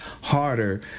harder